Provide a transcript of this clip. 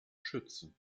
schützen